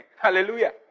Hallelujah